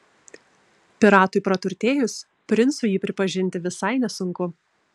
piratui praturtėjus princu jį pripažinti visai nesunku